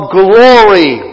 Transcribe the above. glory